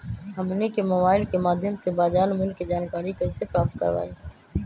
हमनी के मोबाइल के माध्यम से बाजार मूल्य के जानकारी कैसे प्राप्त करवाई?